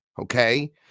Okay